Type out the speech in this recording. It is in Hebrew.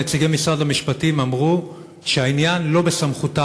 נציגי משרד המשפטים אמרו שהעניין לא בסמכותם